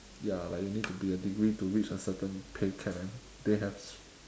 ya like you need to be a degree to reach a certain pay cheque and they have